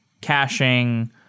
caching